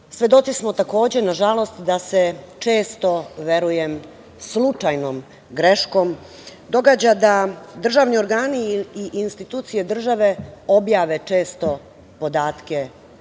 JMBG?Svedoci smo, takođe, nažalost da se često, verujem, slučajnom greškom događa da državni organi i institucije države objave često podatke